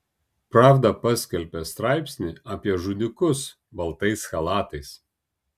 pravda paskelbė straipsnį apie žudikus baltais chalatais